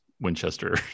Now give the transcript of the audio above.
Winchester